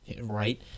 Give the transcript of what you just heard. Right